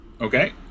Okay